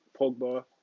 Pogba